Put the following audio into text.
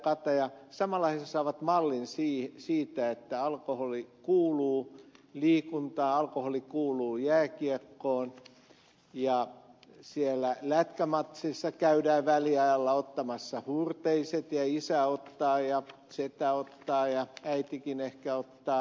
kataja samalla he saavat mallin siitä että alkoholi kuuluu liikuntaan alkoholi kuuluu jääkiekkoon ja siellä lätkämatsissa käydään väliajalla ottamassa huurteiset ja isä ottaa ja setä ottaa ja äitikin ehkä ottaa